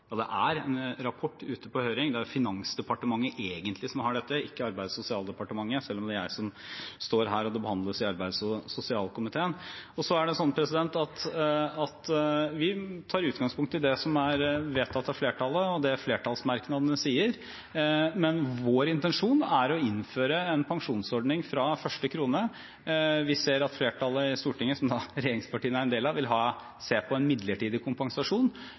det nå en rapport ute på høring. Det er Finansdepartementet som egentlig har dette, ikke Arbeids- og sosialdepartementet, selv om det er jeg som står her, og det behandles i arbeids- og sosialkomiteen. Så er det sånn at vi tar utgangspunkt i det som er vedtatt av flertallet, og det flertallsmerknadene sier, men vår intensjon er å innføre en pensjonsordning fra første krone. Vi ser at flertallet i Stortinget – som da regjeringspartiene er en del av – vil se på en midlertidig kompensasjon,